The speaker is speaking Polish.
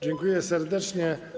Dziękuję serdecznie.